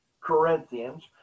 Corinthians